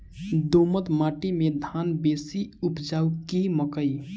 दोमट माटि मे धान बेसी उपजाउ की मकई?